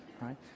right